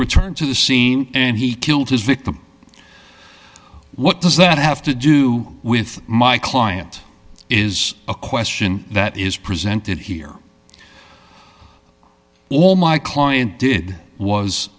returned to the scene and he killed his victim what does that have to do with my client is a question that is presented here all my client did was